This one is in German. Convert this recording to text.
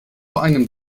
einem